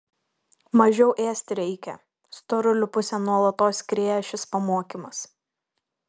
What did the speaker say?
mažiau ėsti reikia storulių pusėn nuolatos skrieja šis pamokymas